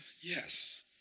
Yes